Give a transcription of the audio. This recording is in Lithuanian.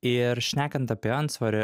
ir šnekant apie antsvorį